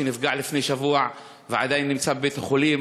שנפגע לפני שבוע ועדיין נמצא בבית-החולים.